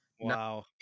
Wow